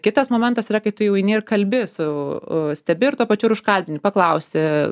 kitas momentas yra kai tu jau eini ir kalbi su stebi ir tuo pačiu ir užkalbini paklausi